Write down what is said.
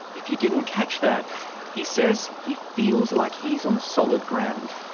if you didn't catch that he says he feels like he's on solid ground.